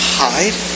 hide